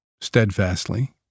steadfastly